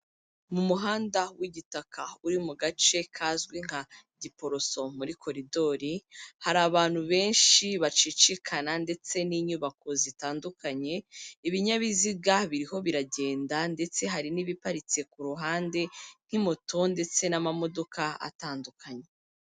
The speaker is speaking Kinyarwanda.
Mu muhanda w'igitaka uri mu gace kazwi nka Giporoso, muri koridori, hari abantu benshi bacicikana ndetse n'inyubako zitandukanye, ibinyabiziga biriho biragenda ndetse hari n'ibiparitse ku ruhande, nk'imoto ndetse n'amamodoka atandukanye.